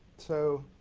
so,